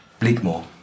Bleakmore